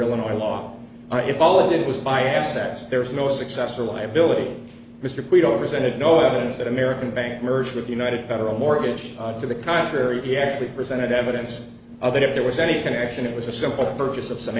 illinois law if all of it was by assets there's no successor liability mr we don't resent it no evidence that american bank merged with united federal mortgage to the contrary he actually presented evidence of that if there was any connection it was a simple purchase of some